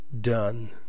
done